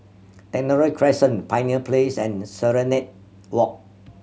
Technology Crescent Pioneer Place and Serenade Walk